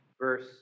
Verse